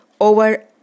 over